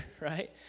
right